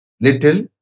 Little